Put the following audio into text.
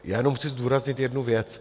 Jenom chci zdůraznit jednu věc.